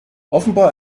offenbar